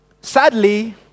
Sadly